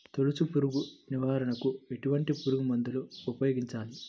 తొలుచు పురుగు నివారణకు ఎటువంటి పురుగుమందులు ఉపయోగించాలి?